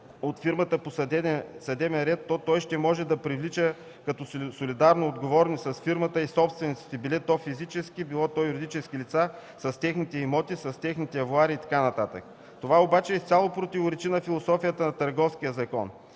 от фирмата по съдебен ред, то той ще може да привлича като солидарно отговорни с фирмата, и собствениците – било то физически, било то юридически лица, с техните имоти, с техните авоари и така нататък. Това обаче изцяло противоречи на философията на Търговския закон,